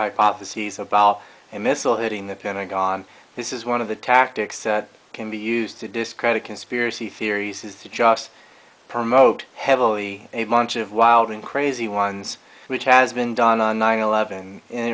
hypotheses about a missile hitting the pentagon this is one of the tactics that can be used to discredit conspiracy theories is to just promote heavily a bunch of wild and crazy ones which has been done on nine eleven